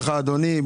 תודה רבה לך, אדוני.